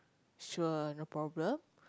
sure no problem